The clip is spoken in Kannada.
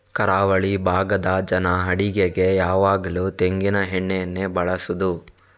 ಕರಾವಳಿ ಭಾಗದ ಜನ ಅಡಿಗೆಗೆ ಯಾವಾಗ್ಲೂ ತೆಂಗಿನ ಎಣ್ಣೆಯನ್ನೇ ಬಳಸುದು